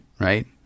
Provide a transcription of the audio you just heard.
Right